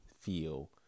feel